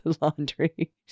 laundry